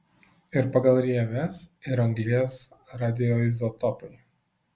ir pagal rieves ir anglies radioizotopai